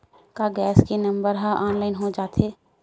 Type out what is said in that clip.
का गैस के नंबर ह ऑनलाइन हो जाथे?